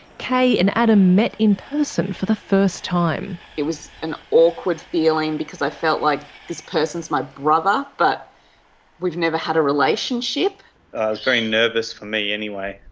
kay and adam met in person for the first time. it was an awkward feeling because i felt like this person's my brother but we've never had a relationship. i was very nervous, for me anyway.